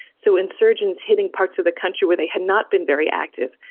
so insurgents hitting parts of the country where they had not been very active,